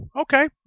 okay